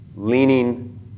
Leaning